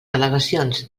delegacions